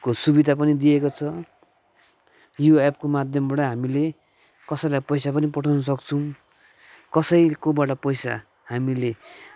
को सुविधा पनि दिएको छ यो एपको माध्यमबाट हामीले कसैलाई पैसा पनि पठाउन सक्छौँ कसैकोबाट पैसा हामीले